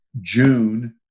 June